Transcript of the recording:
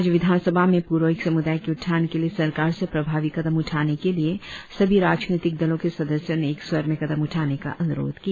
राज्य विधानसभा में प्रोइक सम्दाय के उत्थान के लिए सरकार से प्रभावी कदम उठाने के लिए सभी राजनीतिक दलों के सदस्यों ने एक स्वर में कदम उठाने का अन्रोध किया